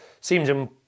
seems